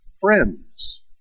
Friends